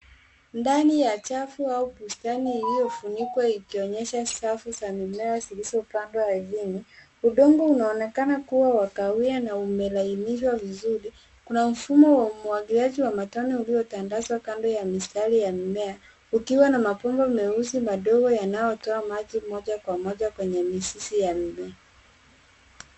Ndani ya chafu au bustani iliyofunikwa ikionyesha safu za mimea zilizopandwa ardhini. Udongo unaonekana kuwa wa kahawia na umelainishwa vizuri. Kuna mfumo wa umwagiliaji wa matone uliotandazwa kando ya mistari ya mimea, ukiwa na mabomba meusi madogo yanayotoa maji moja kwa moja kwenye mizizi ya mimea.